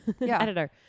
editor